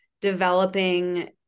developing